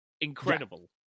incredible